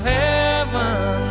heaven